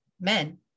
men